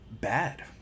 bad